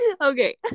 okay